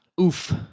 oof